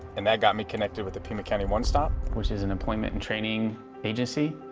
and that got me connected with the pima county one stop, which is an employment and training agency.